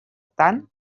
tant